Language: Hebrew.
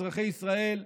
אזרחי ישראל,